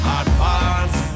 advance